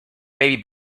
baby